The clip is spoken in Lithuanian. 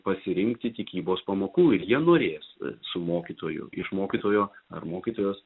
pasirinkti tikybos pamokų ir jie norės su mokytoju iš mokytojo ar mokytojos